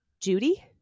judy